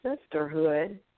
sisterhood